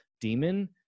demon